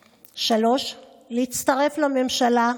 3. להצטרף לממשלה,